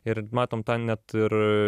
ir matom tą net ir